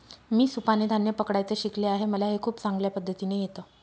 मी सुपाने धान्य पकडायचं शिकले आहे मला हे खूप चांगल्या पद्धतीने येत